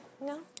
No